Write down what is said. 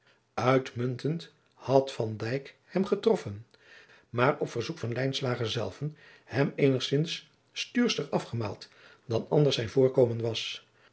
uitmuntend had van dijk hem getroffen maar op verzoek van lijnslager zelven hem eenigzins stuurscher afgemaald dan anders zijn voorkomen was